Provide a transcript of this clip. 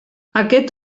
aquest